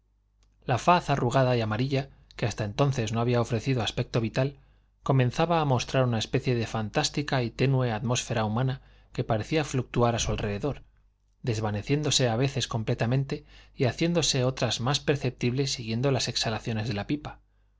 la faz arrugada y amarilla que hasta entonces no había ofrecido aspecto vital comenzaba a mostrar una especie de fantástica y tenue atmósfera humana que parecía fluctuar a su alrededor desvaneciéndose a veces completamente y haciéndose otras más perceptible siguiendo las exhalaciones de la pipa